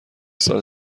سال